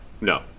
no